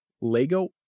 Lego